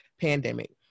pandemic